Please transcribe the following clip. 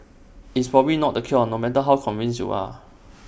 it's probably not the cure no matter how convinced you are